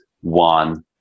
one